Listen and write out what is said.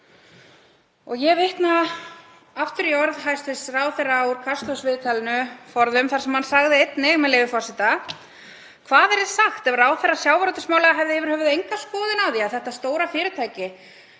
Ég vitna aftur í orð hæstv. ráðherra úr Kastljóssviðtalinu forðum þar sem hann sagði einnig, með leyfi forseta: „Hvað yrði sagt ef ráðherra sjávarútvegsmála hefði yfir höfuð enga skoðun á því að þetta stóra fyrirtæki